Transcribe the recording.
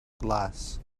glass